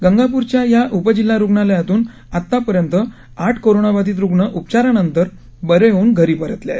गंगाप्रच्या या उपजिल्हा रुग्णालयातून आतापर्यंत आठ कोरोनाबाधित रुग्ण उपचारानंतर बरे होऊन घरी परतले आहेत